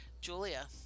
Julia